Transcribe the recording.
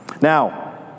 Now